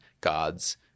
God's